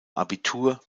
abitur